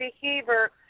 behavior